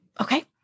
Okay